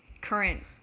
current